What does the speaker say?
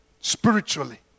Spiritually